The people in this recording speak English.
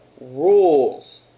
Rules